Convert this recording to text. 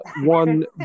one